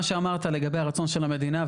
מה שאמרת לגבי הרצון של המדינה,